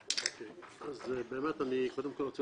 ברשותך, אני רוצה